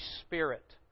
Spirit